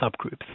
subgroups